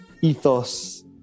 ethos